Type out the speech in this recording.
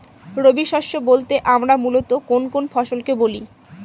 রবি শস্য বলতে আমরা মূলত কোন কোন ফসল কে বলি?